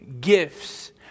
gifts